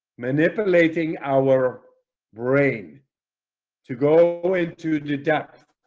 manipulating our brain to go go into the depth